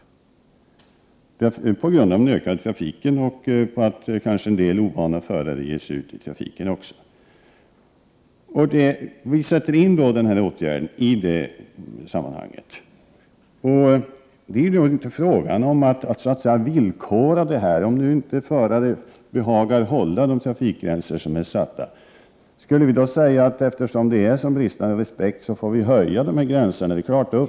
Detta beror på den ökade trafiken och kanske också på att en del ovana förare ger sig ut i trafiken. Det är i detta sammanhang som dessa åtgärder sätts in. Det är inte fråga om att villkora bestämmelserna. Om nu förarna inte behagar hålla de hastighetsgränser som är satta, skall vi då säga: Eftersom det finns en sådan bristande respekt för hastighetsgränserna, får vi höja gränserna?